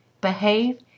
behave